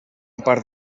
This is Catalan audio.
part